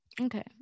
okay